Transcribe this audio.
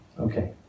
Okay